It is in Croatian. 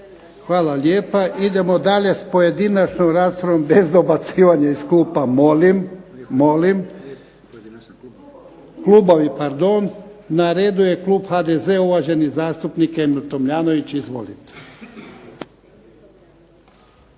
hvala lijepa. Idemo dalje s pojedinačnom raspravom. … /Upadica se ne razumije./… Bez dobacivanja iz klupa, molim. Klubovi, pardon. Na redu je klub HDZ-a, uvaženi zastupnik Emil Tomljanović. Izvolite.